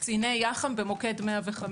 קציני יח"מ ומוקד 105,